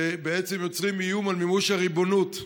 שבעצם יוצרות איום על מימוש הריבונות.